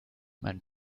mein